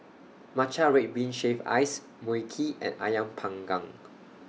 Matcha Red Bean Shaved Ice Mui Kee and Ayam Panggang